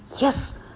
yes